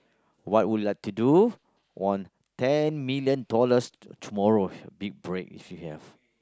what would you like to do won ten million dollars tomorrow big break if you have